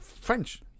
French